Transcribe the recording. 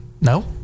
No